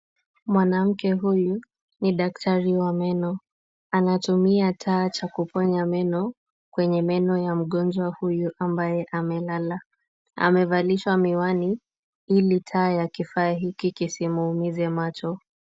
Mwnamke huyu ni daktari wa meno. Anatumia taa cha kuponya meno kwenye meno ya mgonjwa huyu ambaye amelala. Amevalishwa miwani ili taa ya kifaa hiki kisimuumize macho.